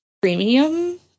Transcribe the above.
Premium